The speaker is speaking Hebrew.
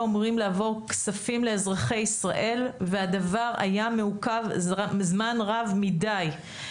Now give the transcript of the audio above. אמורים לעבור כספים לאזרחי ישראל והדבר היה מעוכב זמן רב מידי.